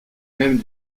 même